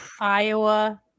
Iowa